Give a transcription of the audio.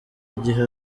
igihe